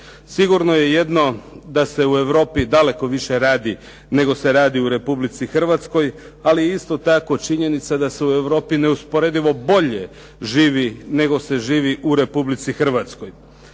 Sigurno je jedno da se u Europi daleko više radi nego se radi u Republici Hrvatskoj. Ali je isto tako činjenica da se u Europi neusporedivo bolje živi nego se živi u Republici Hrvatskoj.